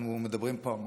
אנחנו מדברים פה המון.